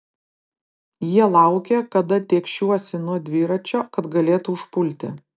jie laukė kada tėkšiuosi nuo dviračio kad galėtų užpulti